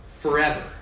Forever